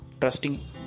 trusting